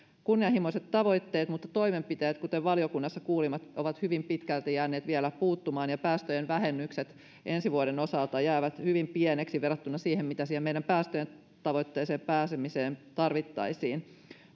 kunnianhimoiset ovat tavoitteet mutta toimenpiteet kuten valiokunnassa kuulimme ovat hyvin pitkälti jääneet vielä puuttumaan ja päästöjen vähennykset ensi vuoden osalta jäävät hyvin pieniksi verrattuna siihen mitä siihen meidän päästötavoitteeseemme pääsemiseen tarvittaisiin